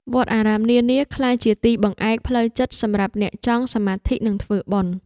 វត្តអារាមនានាក្លាយជាទីបង្អែកផ្លូវចិត្តសម្រាប់អ្នកចង់សមាធិ និងធ្វើបុណ្យ។